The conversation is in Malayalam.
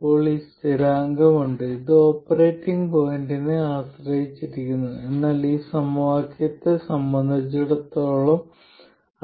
ഇപ്പോൾ ഈ സ്ഥിരാങ്കം ഉണ്ട് അത് ഓപ്പറേറ്റിംഗ് പോയിന്റിനെ ആശ്രയിച്ചിരിക്കുന്നു എന്നാൽ ഈ സമവാക്യത്തെ സംബന്ധിച്ചിടത്തോളം